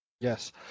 Yes